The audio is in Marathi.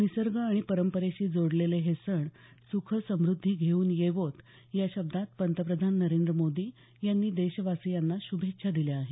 निसर्ग आणि परंपरेशी जोडलेले हे सण सुख समुद्धी घेऊन येवो या शब्दात पंतप्रधान नरेंद्र मोदी यांनी देशवासियांना शुभेच्छा दिल्या आहेत